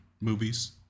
movies